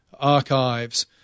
archives